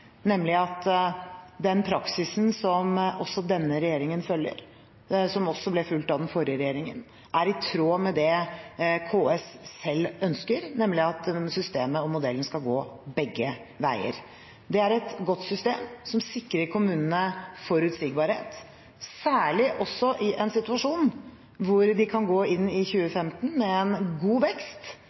nemlig at den praksisen som også denne regjeringen følger, som også ble fulgt av den forrige regjeringen, er i tråd med det KS selv ønsker, nemlig at systemet og modellen skal gå begge veier. Det er et godt system som sikrer kommunene forutsigbarhet, særlig også i en situasjon hvor de kan gå inn i 2015 med en god vekst